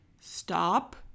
stop